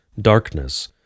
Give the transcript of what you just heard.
darkness